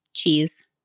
cheese